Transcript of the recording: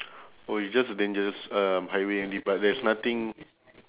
oh it's just a dangerous um highway only but there's nothing